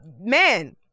Man